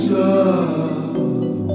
love